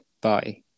bye